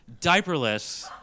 diaperless